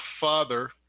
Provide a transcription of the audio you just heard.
father